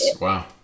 Wow